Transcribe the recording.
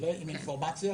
עם אינפורמציה